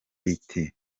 iti